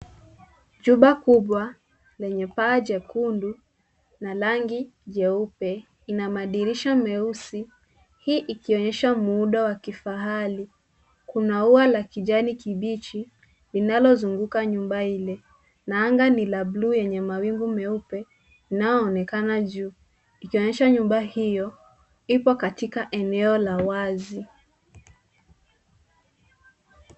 Jumba kubwa lenye paa jekundu na rangi nyeupe ina madirisha meusi, hii ikionyesha muundo wa kifahari. Kuna ua la kijani kibichi linalozunguka nyumba ile, na anga ni la bluu yenye mawingu meupe unaoonekana juu ikionyesha nyumba hiyo iko katika eneo la wazi.